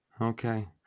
Okay